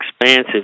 expansive